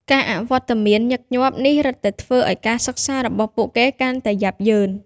ការអវត្តមានញឹកញាប់នេះរឹតតែធ្វើឲ្យការសិក្សារបស់ពួកគេកាន់តែយ៉ាប់យ៉ឺន។